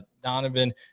Donovan